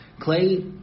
Clay